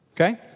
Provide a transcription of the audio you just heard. okay